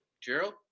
Gerald